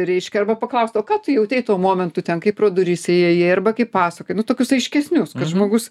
reiškia arba paklaust o ką tu jautei tuo momentu ten kai pro duris įėjai arba kai pasakojai nu tokius aiškesnius kad žmogus